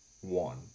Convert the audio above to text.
one